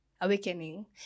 awakening